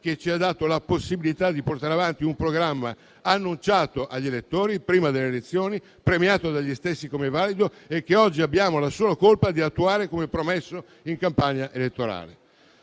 che ci ha dato la possibilità di portare avanti un programma annunciato agli elettori prima delle elezioni, premiato dagli stessi come valido e che oggi abbiamo la sola colpa di attuare come promesso in campagna elettorale.